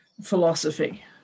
philosophy